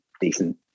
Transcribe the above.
decent